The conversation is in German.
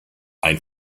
ein